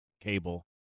cable